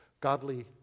godly